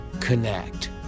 connect